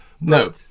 No